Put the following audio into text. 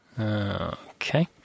Okay